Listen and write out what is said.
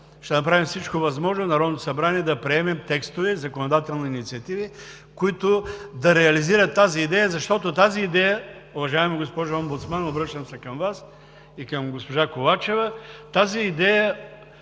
ще направи всичко възможно, за да приеме текстове и законодателни инициативи, които да реализират тази идея, защото тази идея, уважаема госпожо Омбудсман – обръщам се към Вас и към госпожа Ковачева, има